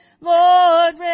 Lord